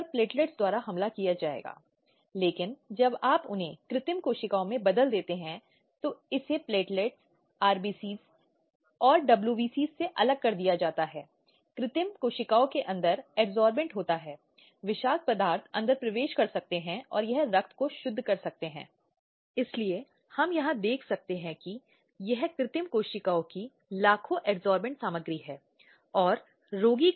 चूँकि सीमाएँ काफी छिद्र पूर्ण हैं और यह नेपाल से भारत तक हो सकती है या यह भारत से कुछ अन्य देशों या या कई देश इस प्रक्रिया में शामिल हो सकते हैं और इस पर अंकुश लगाने के लिए अंतर्राष्ट्रीय प्रयास हैं